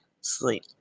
sleep